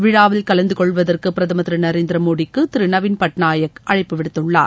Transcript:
விழாவில் கலந்துகொள்வதற்கு பிரதமர் திரு நரேந்திர மோடிக்கு திரு நவீன் பட்நாயக் அழைப்பு விடுத்துள்ளார்